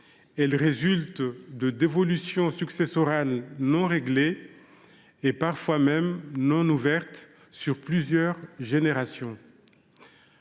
Elles résultent de dévolutions successorales non réglées, voire non ouvertes, sur plusieurs générations.